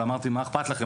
ואמרתי: "מה אכפת לכם?